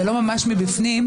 ולא ממש מבפנים,